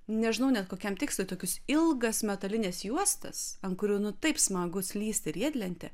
nežinau net kokiam tikslui tokius ilgas metalines juostas ant kurių nu taip smagu slysti riedlentė